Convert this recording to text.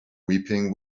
weeping